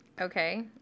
Okay